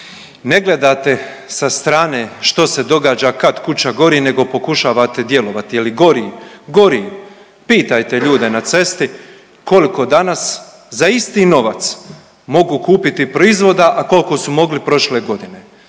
Ne gledate sa strane što se događa kad kuća gori nego pokušavate djelovati, je li gori, gori, pitajte ljude na cesti koliko danas za isti novac mogu kupiti proizvoda, a koliko su mogli prošle godine,